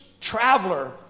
traveler